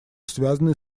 связанный